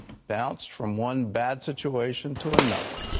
bounce from one bad situation to another.